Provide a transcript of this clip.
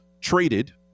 traded